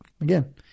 again